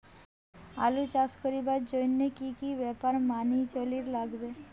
আলু চাষ করিবার জইন্যে কি কি ব্যাপার মানি চলির লাগবে?